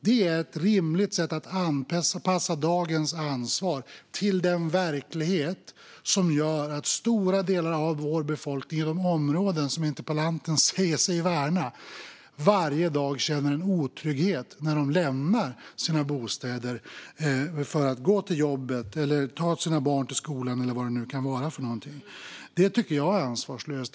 Det är ett rimligt sätt att anpassa dagens ansvar till den verklighet som gör att stora delar av vår befolkning - i de områden som interpellanten säger sig värna - varje dag känner otrygghet när de lämnar sina bostäder för att gå till jobbet, ta sina barn till skolan eller vad det nu kan vara. Att vara emot det tycker jag är ansvarslöst.